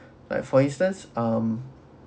like for instance um